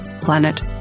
planet